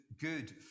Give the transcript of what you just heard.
good